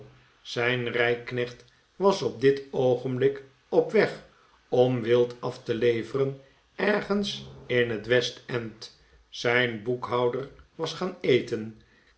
zijn rijknecht was op dit oogenblik op weg om wild af te leveren ergens in het west-end zijn boekhouder was gaan eten